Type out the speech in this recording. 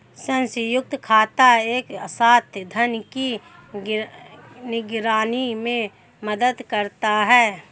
संयुक्त खाता एक साथ धन की निगरानी में मदद करता है